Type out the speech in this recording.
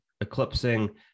eclipsing